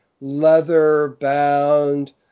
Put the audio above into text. leather-bound